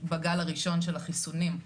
בגל הראשון של החיסונים,